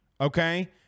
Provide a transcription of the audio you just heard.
okay